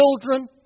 children